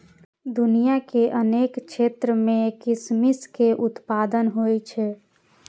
दुनिया के अनेक क्षेत्र मे किशमिश के उत्पादन होइ छै